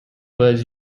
was